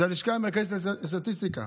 זה מהלשכה המרכזית לסטטיסטיקה,